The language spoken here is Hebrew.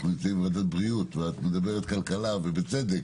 אנחנו נמצאים בוועדת בריאות ואת מדברת על כלכלה - ובצדק,